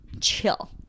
chill